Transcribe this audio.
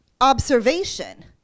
observation